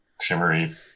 shimmery